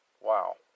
Wow